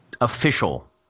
official